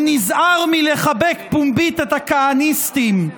הוא נזהר מלחבק פומבית את הכהניסטים,